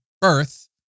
birth